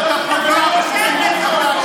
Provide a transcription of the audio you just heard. אין לך סמכות כזאת.